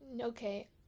okay